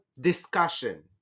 discussion